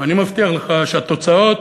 אני מבטיח לך שהתוצאות